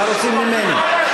מה רוצים ממני?